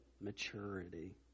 maturity